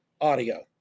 audio